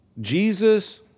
Jesus